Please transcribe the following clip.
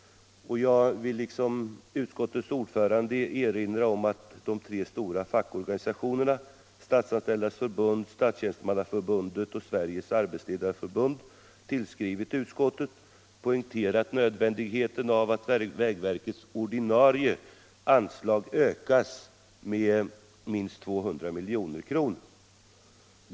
Och jag vill liksom utskottets ordförande erinra om att de tre stora fackorganisationerna Statsanställdas förbund, Statstjänstemannaförbundet och Sveriges arbetsledareförbund tillskrivit utskottet och poängterat nödvändigheten av att vägverkets ordinarie anslag ökas med minst 200 milj.kr.